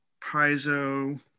piezo